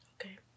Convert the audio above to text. Okay